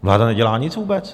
Vláda nedělá nic vůbec.